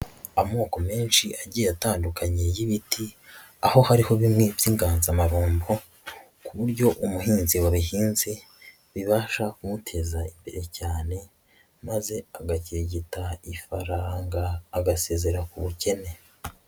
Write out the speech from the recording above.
Amoko menshi agiye atandukanye y'ibiti aho hariho bimwe by'inganzamarumbo, ku buryo umuhinzi wabihinze bibasha kumuteza imbere cyane maze agakirigita ifaranga agasezera ku bukene.